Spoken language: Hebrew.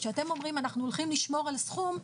שאתם אומרים: אנחנו הולכים לשמור על סכום,